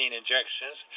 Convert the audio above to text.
injections